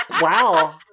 wow